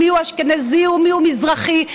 מיהו אשכנזי ומיהו מזרחי,